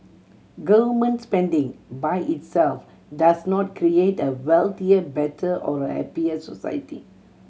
government spending by itself does not create a wealthier better or a happier society